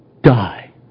die